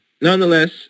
Nonetheless